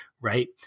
right